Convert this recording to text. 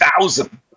thousand